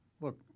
Look